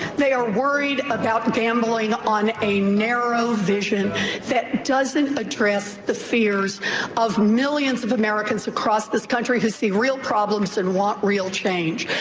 they are worried about gambling on a narrow vision that doesn't address the fears of millions of americans across this country who see real problems and want real change.